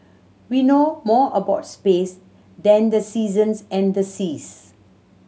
we know more about space than the seasons and the seas